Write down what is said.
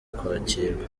kwakirwa